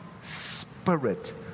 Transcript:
spirit